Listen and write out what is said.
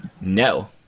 No